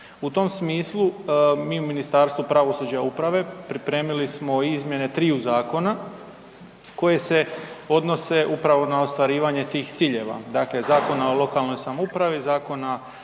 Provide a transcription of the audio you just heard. U tom smislu mi u Ministarstvu pravosuđa i uprave pripremili smo izmjene triju zakona koje se odnose upravo na ostvarivanje tih ciljeva. Dakle, Zakona o lokalnoj samoupravi, Zakona